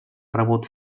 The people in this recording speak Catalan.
rebut